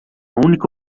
única